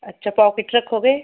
ਅੱਛਾ ਪੋਕਿਟ ਰੱਖੋਗੇ